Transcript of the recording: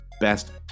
best